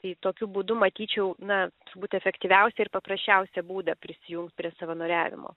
tai tokiu būdu matyčiau na turbūt efektyviausią ir paprasčiausią būdą prisijungt prie savanoriavimo